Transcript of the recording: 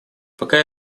пока